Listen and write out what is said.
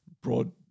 broad